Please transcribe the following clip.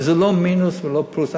וזה לא מינוס ולא פלוס.